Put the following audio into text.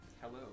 Hello